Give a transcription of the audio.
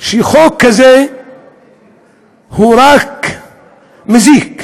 שחוק כזה הוא רק מזיק,